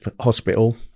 hospital